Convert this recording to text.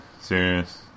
serious